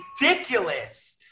ridiculous